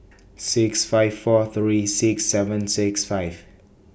six five four three six seven six five